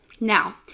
Now